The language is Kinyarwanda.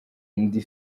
ndi